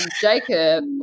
Jacob